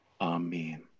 Amen